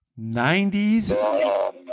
90s